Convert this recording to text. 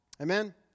Amen